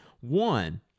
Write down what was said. One